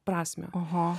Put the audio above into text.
prasme oho